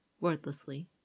wordlessly